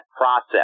process